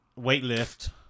weightlift